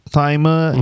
timer